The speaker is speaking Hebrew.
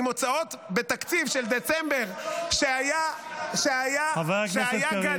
עם הוצאות בתקציב של דצמבר ----- חבר הכנסת קריב,